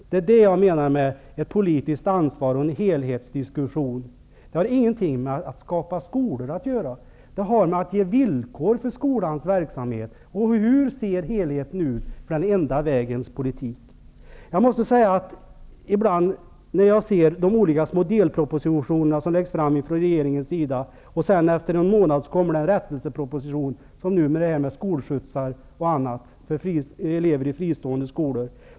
Det är det jag menar med politiskt ansvar och helhetsdiskussion. Det har ingenting med frågan om att skapa skolor att göra. Det gäller frågan om att ge villkor för skolans verksamhet. Hur ser helheten ut för den enda vägens politik? Ibland när regeringen lägger fram delpropositioner, kommer det efter någon månad en rättelseproposition, t.ex. den om skolskjutsar osv. för elever i fristående skolor.